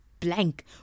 blank